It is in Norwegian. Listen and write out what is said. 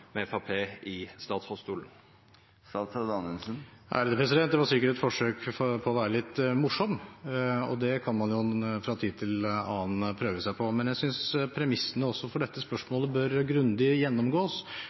med Framstegspartiet i statsrådstolen? Det var sikkert et forsøk på å være litt morsom – og det kan man jo fra tid til annen prøve seg på. Men jeg synes premissene også for dette